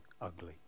ugly